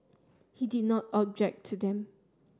he did not object to them